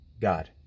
God